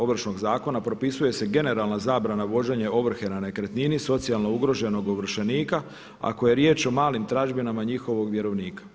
Ovršnog zakona propisuje se generalna zabrana uvođenja ovrhe nad nekretnini, socijalno ugroženog ovršenika ako je riječ o malim tražbinama njihovog vjerovnika.